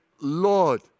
Lord